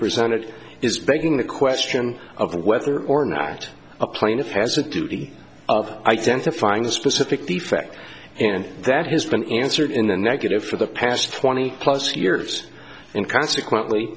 presented is begging the question of whether or not a plaintiff has a duty of identifying a specific defect and that has been answered in the negative for the past twenty plus years and consequently